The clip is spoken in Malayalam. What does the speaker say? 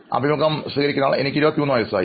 അഭിമുഖം സ്വീകരിക്കുന്നയാൾ എനിക്ക് 23 വയസ്സായി